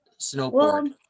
snowboard